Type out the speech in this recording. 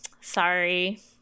sorry